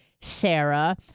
Sarah